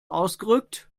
ausgerückt